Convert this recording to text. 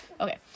Okay